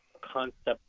concept